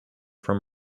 from